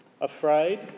Afraid